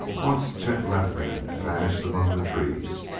once chet left them and vanished among the trees,